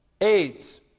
AIDS